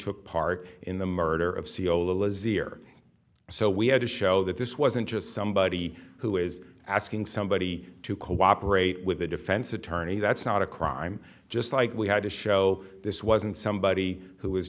took part in the murder of c e o lizzie or so we had to show that this wasn't just somebody who is asking somebody to cooperate with a defense attorney that's not a crime just like we had to show this wasn't somebody who